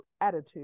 attitude